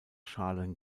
schalen